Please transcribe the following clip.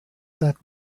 that